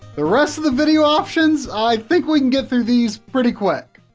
the rest of the video options, i think we can get through these pretty quick!